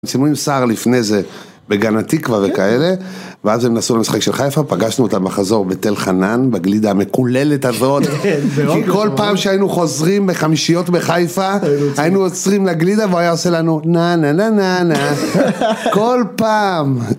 כשאומרים שר לפני זה בגן התקווה וכאלה ואז הם נסעו למשחק של חיפה פגשנו אותם בחזור בתל חנן בגלידה המקוללת הזאת כי כל פעם שהיינו חוזרים בחמישיות בחיפה היינו עוצרים לגלידה והוא היה עושה לנו ננה ננה ננה כל פעם.